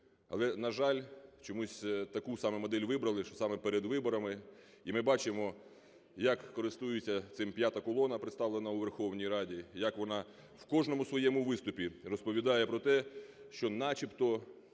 Але, на жаль, чомусь таку саме модель вибрали, що саме перед виборами. І ми бачимо, як користується цим "п'ята колона" представлена у Верховній Раді. Як вона в кожному своєму виступі розповідає про те, що начебто